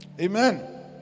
amen